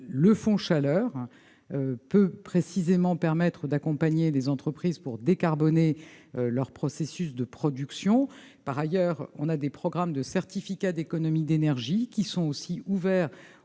le fonds chaleur peu précisément permettre d'accompagner les entreprises pour décarboner leur processus de production, par ailleurs, on a des programmes de certificats d'économie d'énergie, qui sont aussi ouverts